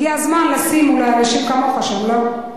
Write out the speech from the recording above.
הגיע הזמן לשים אולי אנשים כמוך שם, לא?